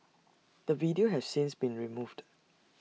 the video has since been removed